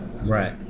Right